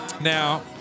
Now